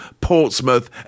Portsmouth